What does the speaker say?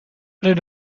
pren